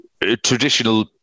traditional